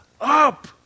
up